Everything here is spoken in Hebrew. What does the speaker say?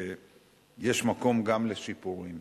שיש מקום גם לשיפורים.